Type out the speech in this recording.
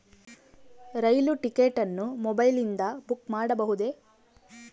ರೈಲು ticket ಅನ್ನು ಮೊಬೈಲಿಂದ book ಮಾಡಬಹುದೆ?